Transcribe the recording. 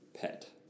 pet